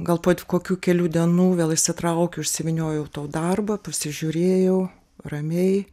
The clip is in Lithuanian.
gal po kokių kelių dienų vėl išsitraukiau išsivyniojatą darbą pasižiūrėjau ramiai